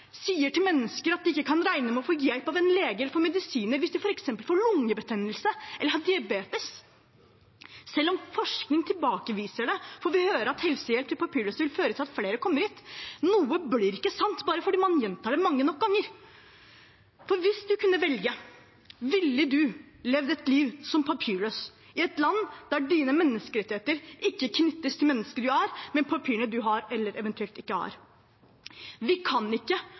sier til mennesker at de ikke kan regne med å få hjelp av en lege eller få medisiner hvis de f.eks. får lungebetennelse eller har diabetes. Selv om forskning tilbakeviser det, får vi høre at helsehjelp til papirløse vil føre til at flere kommer hit. Noe blir ikke sant bare fordi man gjentar det mange nok ganger. Hvis du kunne velge: Ville du ha levd et liv som papirløs i et land der dine menneskerettigheter ikke knyttes til mennesket du er, men til papirene du har eller eventuelt ikke har? Vi kan ikke,